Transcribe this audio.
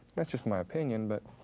that's just my opinion but